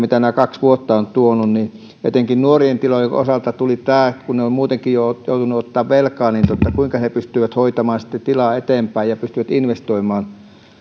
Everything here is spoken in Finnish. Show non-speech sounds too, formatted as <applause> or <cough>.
<unintelligible> mitä nämä kaksi vuotta ovat tuoneet niin etenkin nuorien tilojen osalta tuli tämä että kun ne ovat muutenkin jo joutuneet ottamaan velkaa niin kuinka he he pystyvät hoitamaan sitten tilaa eteenpäin ja pystyvät investoimaan